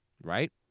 Right